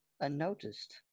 unnoticed